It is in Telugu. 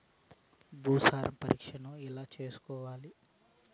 భూసార పరీక్షను ఎట్లా చేసుకోవాలి?